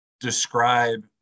describe